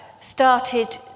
started